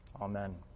Amen